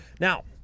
Now